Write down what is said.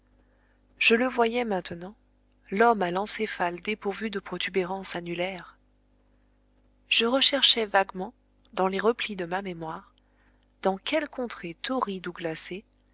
je le voyais maintenant l'homme à l'encéphale dépourvu de protubérance annulaire je recherchais vaguement dans les replis de ma mémoire dans quelle contrée torride ou glacée